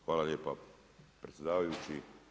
Hvala lijepa predsjedavajući.